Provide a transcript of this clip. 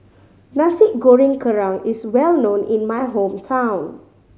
Nasi Goreng Kerang is well known in my hometown